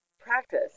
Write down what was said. practice